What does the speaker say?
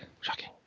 Shocking